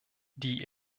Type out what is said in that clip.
die